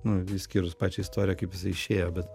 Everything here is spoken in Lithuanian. nu išskyrus pačią istoriją kaip jisai išėjo bet